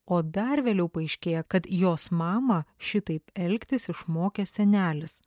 o dar vėliau paaiškėja kad jos mamą šitaip elgtis išmokė senelis